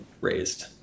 raised